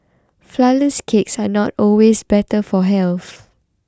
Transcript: Flourless Cakes are not always better for health